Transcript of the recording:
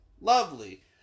Lovely